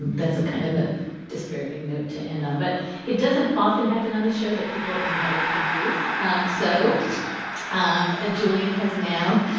that's a kind of a dispiriting note to end on but it doesn't often happen on the show that people invite abuse. um so um ah julian has now